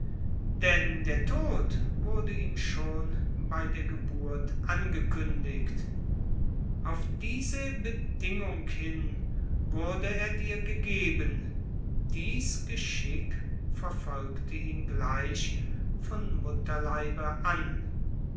denn der tod wurde ihm bei der geburt angekündigt auf diese bedingung hin wurde er dir gegeben dieß geschick verfolgte ihn gleich von mutterliebe an